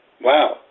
Wow